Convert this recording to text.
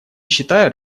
считают